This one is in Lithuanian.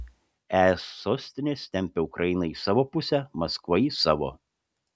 es sostinės tempia ukrainą į savo pusę maskva į savo